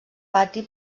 pati